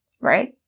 right